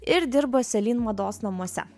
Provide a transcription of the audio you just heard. ir dirbo celine mados namuose